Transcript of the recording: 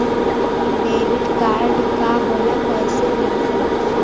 Debit card का होला कैसे मिलेला?